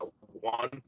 one